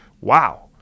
wow